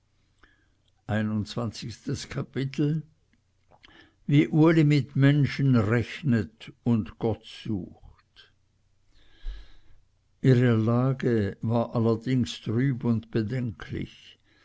einundzwanzigstes kapitel wie uli mit menschen rechnet und gott sucht ihre lage war allerdings trüb und bedenklich